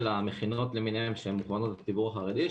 המכינות למיניהן שמוכוונות לציבור החרדי,